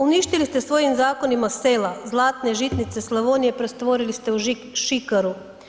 Uništili ste svojim zakonima sela, zlatne žitnice Slavonije pretvorili ste u šikaru.